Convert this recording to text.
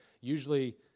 Usually